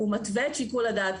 הוא מתווה את שיקול הדעת,